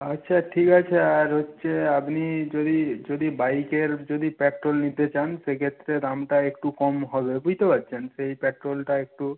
আচ্ছা ঠিক আছে আর হচ্ছে আপনি যদি যদি বাইকের যদি পেট্রোল নিতে চান সেক্ষেত্রে দামটা একটু কম হবে বুঝতে পারছেন সেই পেট্রোলটা একটু